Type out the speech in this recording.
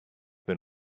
been